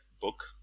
book